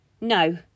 No